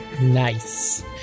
Nice